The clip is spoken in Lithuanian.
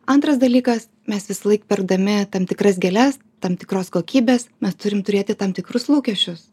antras dalykas mes visąlaik pirkdami tam tikras gėles tam tikros kokybės mes turim turėti tam tikrus lūkesčius